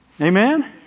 Amen